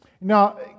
Now